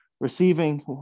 Receiving